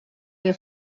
que